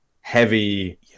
heavy